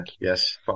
Yes